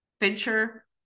Fincher